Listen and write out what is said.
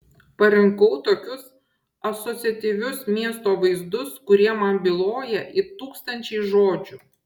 parinkau tokius asociatyvius miesto vaizdus kurie man byloja it tūkstančiai žodžių